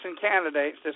candidates